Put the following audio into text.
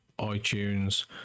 iTunes